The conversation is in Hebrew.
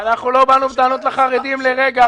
--- אנחנו לא באנו בטענות לחרדים לרגע,